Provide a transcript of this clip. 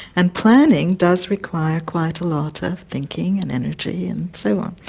and planning does require quite a lot of thinking and energy and so on.